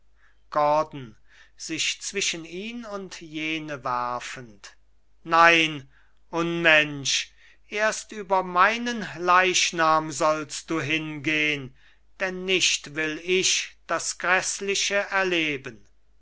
gordon sich zwischen ihn und jene werfend nein unmensch erst über meinen leichnam sollst du hingehn denn nicht will ich das gräßliche erleben